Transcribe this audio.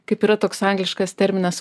kaip yra toks angliškas terminas